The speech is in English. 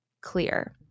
clear